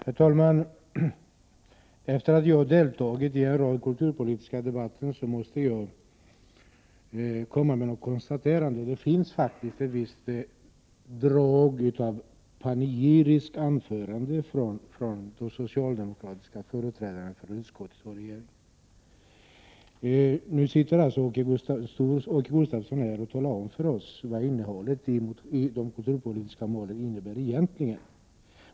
Herr talman! Efter att ha deltagit i en rad kulturpolitiska debatter måste jag komma med några konstateranden. Det finns faktiskt ett visst drag av panegyrik i de anföranden som har hållits av socialdemokrater som sitter i utskottet och av regeringsrepresentanter. Nu står alltså Åke Gustavsson här och talar om för oss vilka kulturpolitikens mål egentligen är.